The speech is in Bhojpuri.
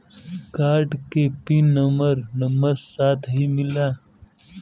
कार्ड के पिन नंबर नंबर साथही मिला?